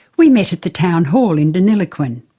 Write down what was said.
we met at the town hall in deniliquin.